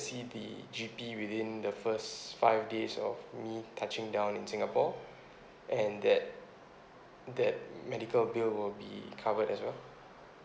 see the G_P within the first five days of me touching down in singapore and that that medical bill will be covered as well